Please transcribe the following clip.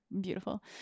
beautiful